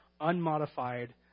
unmodified